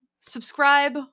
subscribe